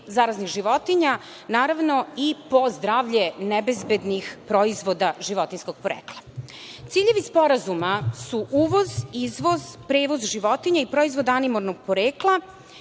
zaraznih životinja, naravno i po zdravlje nebezbednih proizvoda životinjskog porekla. Ciljevi sporazuma su uvoz, izvoz, prevoz životinja i proizvoda animalnog porekla